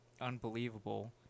unbelievable